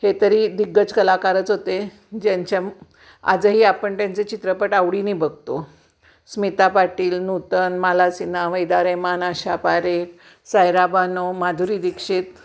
हे तरी दिग्गज कलाकारच होते ज्यांच्या आजही आपण त्यांचे चित्रपट आवडीने बघतो स्मिता पाटील नूतन माला सिन्हा वहिदा रेहमान आशा पारेख सायरा बानो माधुरी दीक्षित